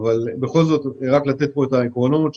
אבל בכל זאת רק ניתן פה את העקרונות.